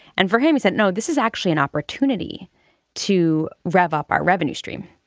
and for him he said no this is actually an opportunity to rev up our revenue stream.